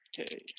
Okay